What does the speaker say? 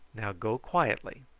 now go quietly.